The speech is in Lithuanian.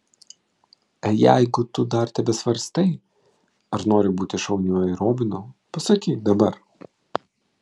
jeigu tu dar tebesvarstai ar nori būti su šauniuoju robinu pasakyk dabar